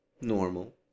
normal